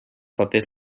paper